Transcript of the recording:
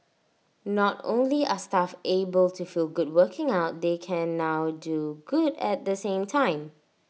not only are staff able to feel good working out they can now do good at the same time